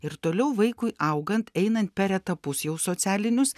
ir toliau vaikui augant einant per etapus jau socialinius